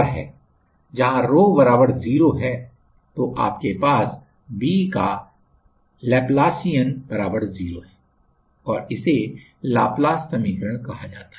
जहाँ rho 0 है तो आपके पास V का लैप्लासियन 0 है और इसे लाप्लास समीकरण कहा जाता है